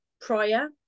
prior